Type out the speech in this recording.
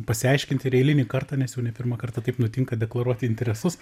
pasiaiškinti ir eilinį kartą nes jau ne pirmą kartą taip nutinka deklaruoti interesus